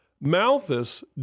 Malthus